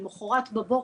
למחרת בבוקר,